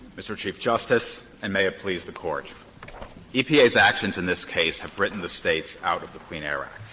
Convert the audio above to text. mr. chief justice, and may it please the court epa's actions in this case have written the states out of the clean air act.